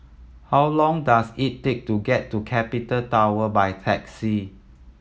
how long does it take to get to Capital Tower by taxi